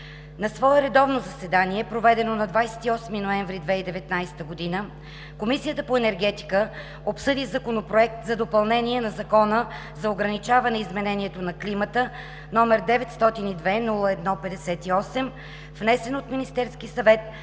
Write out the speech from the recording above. Комисията по енергетика обсъди Законопроект за допълнение на Закона за ограничаване изменението на климата, № 902-01-58, внесен от Министерския съвет